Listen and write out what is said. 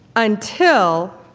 until